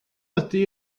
ydy